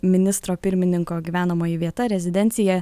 ministro pirmininko gyvenamoji vieta rezidencija